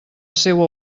seua